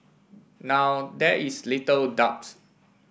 now there is little doubts